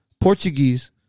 Portuguese